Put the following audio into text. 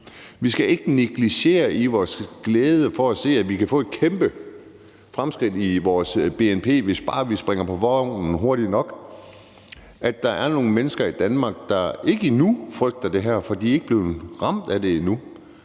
faktisk ikke, at vi i vores glæde over at se, at vi kan få et kæmpe fremskridt i vores bnp, hvis vi bare springer på vognen hurtigt nok, skal negligere, at der er nogle mennesker i Danmark, der endnu ikke frygter det her, for de er ikke blevet ramt af det endnu,